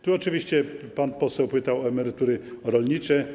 Tu oczywiście pan poseł pytał o emerytury rolnicze.